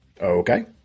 Okay